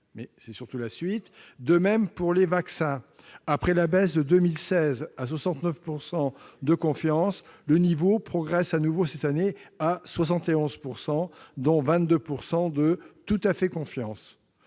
dans ceux qu'ils prennent. De même, pour les vaccins, après la baisse de 2016 à 69 % de confiance, le niveau progresse de nouveau cette année à 71 %, dont 22 % de « tout à fait confiance